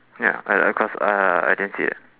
ya I I cause uh I didn't see it